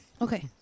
Okay